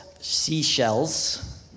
seashells